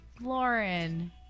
Lauren